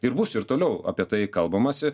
ir bus ir toliau apie tai kalbamasi